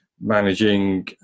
managing